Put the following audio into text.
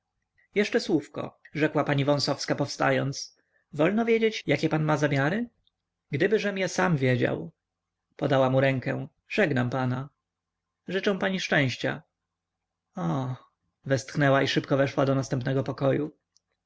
jeszcze słówko rzekła pani wąsowska powstając wolno wiedzieć jakie pan ma zamiary gdybyżem ja sam wiedział podała mu rękę żegnam pana życzę pani szczęścia o westchnęła i szybko weszła do następnego pokoju